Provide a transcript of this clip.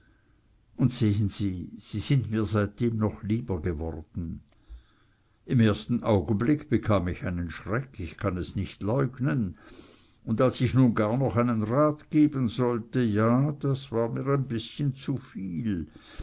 und sehen sie sie sind mir seitdem noch lieber geworden im ersten augenblick bekam ich einen schreck ich kann es nicht leugnen und als ich nun gar noch einen rat geben sollte ja das war mir ein bißchen zuviel